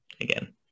Again